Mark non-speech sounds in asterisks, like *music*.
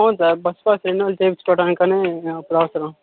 అవును sir bus pass renewal చేయించుకోవటానికని *unintelligible*